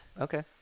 Okay